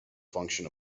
function